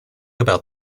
about